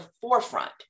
forefront